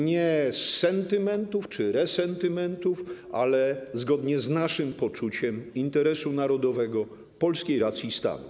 Nie z sentymentów czy resentymentów, ale zgodnie z naszym poczuciem interesu narodowego, polskiej racji stanu.